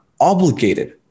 obligated